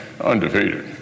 undefeated